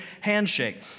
handshake